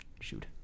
shoot